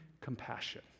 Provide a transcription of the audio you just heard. compassion